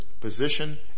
position